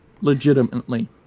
legitimately